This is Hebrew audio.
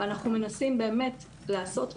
ואנחנו מנסים באמת לעשות תהליכים,